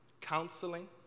counseling